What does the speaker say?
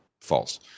false